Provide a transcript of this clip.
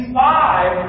five